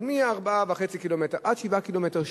אבל מ-4.5 קילומטר ועד 7 קילומטר,